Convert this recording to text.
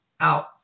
out